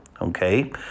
Okay